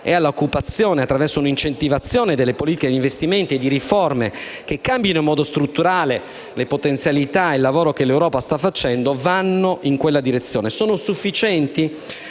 e all'occupazione attraverso un'incentivazione delle politiche di investimenti e di riforme che cambino in modo strutturale le potenzialità e il lavoro che l'Europa sta facendo in quella direzione. Sono sufficienti?